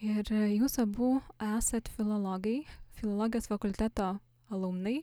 ir jūs abu esat filologai filologijos fakulteto alumnai